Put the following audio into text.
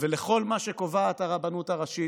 ולכל מה שקובעת הרבנות הראשית,